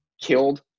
killed